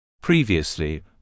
previously